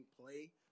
play